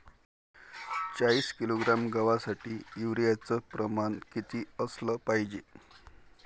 चाळीस किलोग्रॅम गवासाठी यूरिया च प्रमान किती असलं पायजे?